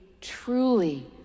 truly